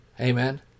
Amen